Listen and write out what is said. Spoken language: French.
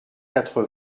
quatre